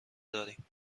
داریم